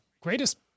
greatest